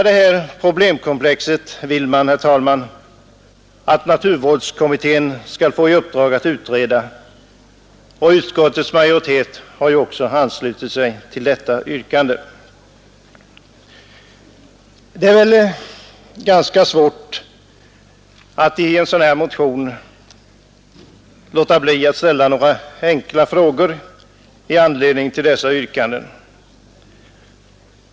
Motionärerna vill, herr talman, att naturvårdskommittén skall få i uppdrag att utreda hela detta problemkomplex, och utskottets majoritet har ju också anslutit sig till detta yrkande. Det är ganska svårt att låta bli att ställa några enkla frågor i anledning av en motion med dessa yrkanden.